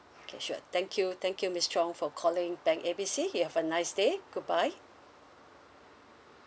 okay sure thank you thank you miss chong for calling bank A B C you have a nice day goodbye